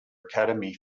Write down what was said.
academy